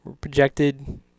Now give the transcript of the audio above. projected